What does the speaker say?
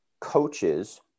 coaches